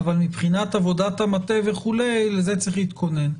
אבל מבחינת עבודת המטה וכו' לזה צריך להתכונן.